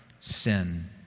sin